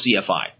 CFI